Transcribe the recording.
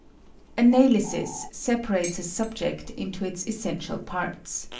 analysis separates a subject into its essential parts.